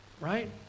Right